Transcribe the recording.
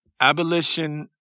abolition